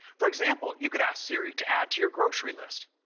for example, you could ask siri to add to your grocery list.